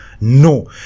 no